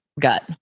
gut